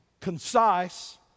concise